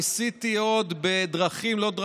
ניסיתי עוד בדרכים-לא-דרכים.